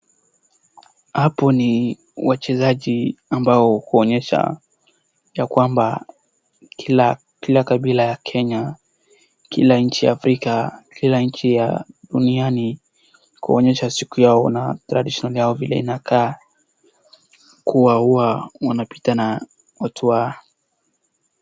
Hapo ni wachezaji ambao kuonyesha ya kwamba kila kabila ya kenya, kila nchi ya afrika, kila nchi ya duniani kuonyesha siku yao na tradition yao vile inakaa kuwa huwa wanapitana watu wa,,,,